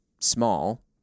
small